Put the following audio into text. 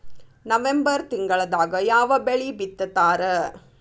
November ತಿಂಗಳದಾಗ ಯಾವ ಬೆಳಿ ಬಿತ್ತತಾರ?